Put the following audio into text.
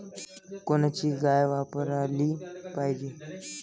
कोनची गाय वापराली पाहिजे?